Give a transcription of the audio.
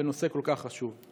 בנושא כל כך חשוב?